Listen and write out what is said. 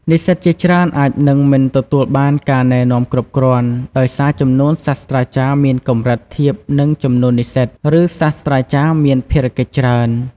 និស្សិតជាច្រើនអាចនឹងមិនទទួលបានការណែនាំគ្រប់គ្រាន់ ដោយសារចំនួនសាស្ត្រាចារ្យមានកម្រិតធៀបនឹងចំនួននិស្សិត ឬសាស្ត្រាចារ្យមានភារកិច្ចច្រើន។